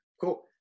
cool